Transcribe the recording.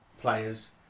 players